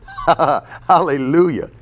Hallelujah